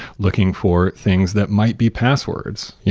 looking for things that might be passwords, yeah